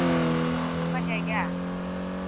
ᱚᱠᱟ ᱡᱟᱭᱜᱟ